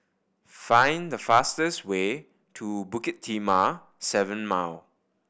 find the fastest way to Bukit Timah Seven Mile